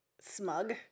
smug